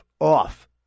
Off